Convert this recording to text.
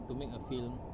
to make a film